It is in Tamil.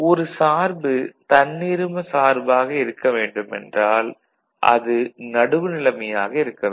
ஒரு சார்பு தன்னிரும சார்பாக இருக்க வேண்டுமானால் அது நடுவுநிலைமையாக இருக்க வேண்டும்